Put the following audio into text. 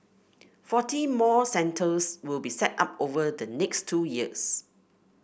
forty more centres will be set up over the next two years